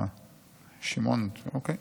אוקיי.